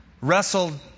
wrestled